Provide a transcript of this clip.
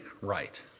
right